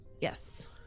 Yes